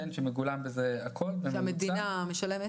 בלי איום שעוד רגע הממשלה נופלת.